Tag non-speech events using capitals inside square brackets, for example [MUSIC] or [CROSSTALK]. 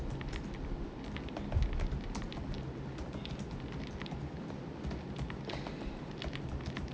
[NOISE]